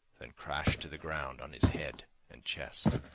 then crashed to the ground on his head and chest.